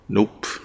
Nope